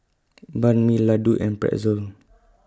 Banh MI Ladoo and Pretzel